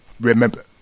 remember